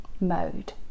mode